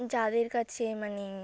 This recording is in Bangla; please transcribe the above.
যাদের কাছে মানে